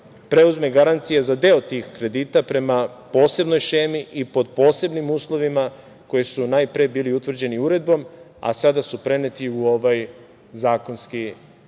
preuzme garancije za deo tih kredita prema posebnoj šemi i pod posebnim uslovima koji su najpre bili utvrđeni uredbom, a sada su preneti u ovaj zakonski